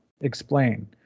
explain